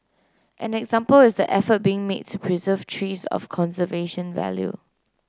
an example is the effort being made to preserve trees of conservation value